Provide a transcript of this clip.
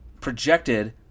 projected